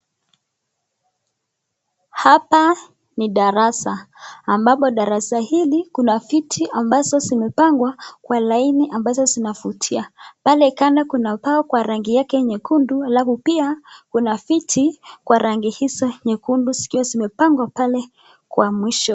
Hapa ni darasa ambapo darasa hili kuna viti ambazo zimepangwa kwa laini ambazo zinavutia. Pale kando kuna mbao kwa rangi nyekundu alafu pia kuna viti kwa rangi hizo nyekundu alafu viti zimepangwa pale kwa mwisho.